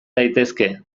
daitezke